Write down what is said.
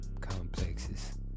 complexes